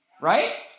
Right